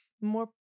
more